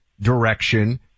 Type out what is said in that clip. direction